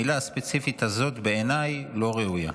המילה הספציפית הזאת בעיניי לא ראויה.